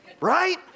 Right